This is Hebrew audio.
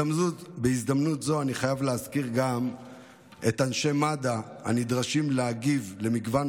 בהזדמנות זאת אני חייב להזכיר גם את אנשי מד"א הנדרשים להגיב למגוון